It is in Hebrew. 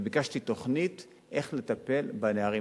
ביקשתי תוכנית איך לטפל בנערים.